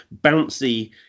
bouncy